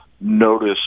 notice